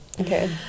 Okay